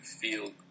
feel